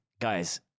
guys